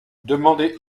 demandait